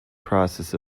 process